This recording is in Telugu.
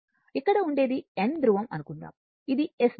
ఇక్కడ ఉండేది N ధృవం అని అనుకుందాం అది S ధృవం